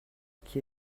qui